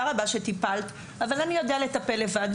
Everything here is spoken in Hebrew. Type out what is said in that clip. תודה רבה שטיפלת, אבל אני יודע לטפל לבד.